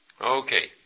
Okay